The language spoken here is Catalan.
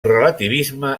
relativisme